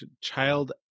child